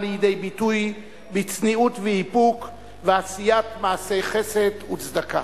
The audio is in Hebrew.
לידי ביטוי בצניעות ואיפוק ובעשיית מעשי חסד וצדקה.